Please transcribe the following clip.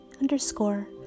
underscore